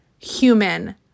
human